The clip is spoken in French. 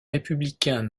républicains